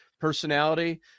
personality